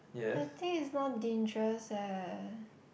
I think is more dangerous leh